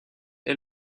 est